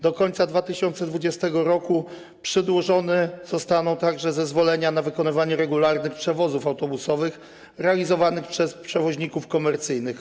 Do końca 2020 r. przedłużone zostaną także zezwolenia na wykonywanie regularnych przewozów autobusowych, realizowanych przez przewoźników komercyjnych.